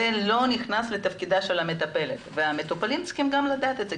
זה לא נכנס לתפקידה של המטפלת והמטופלים גם צריכים לדעת את זה,